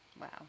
Wow